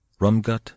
Rumgut